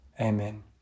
amen